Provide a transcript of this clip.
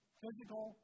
physical